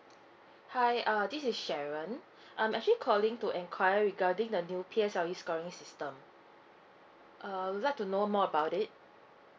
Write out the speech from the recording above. hi err this is sharon I'm actually calling to enquire regarding the new P_S_L_E scoring system uh I'd like to know more about it